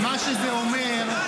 מה שזה אומר,